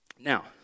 Now